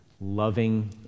Loving